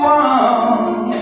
one